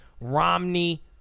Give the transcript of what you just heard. Romney